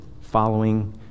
following